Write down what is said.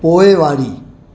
पोइवारी